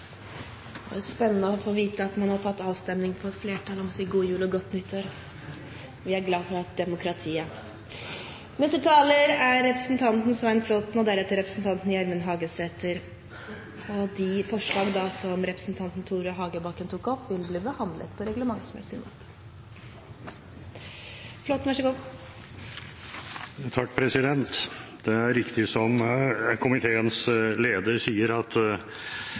Det er spennende å få vite at man har tatt en avstemning for å se om det er flertall for å si god jul og godt nytt år, og jeg er glad for dette demokratiet. Representanten Hagebakken har tatt opp det forslaget han refererte til. Det er riktig som komiteens leder sier, at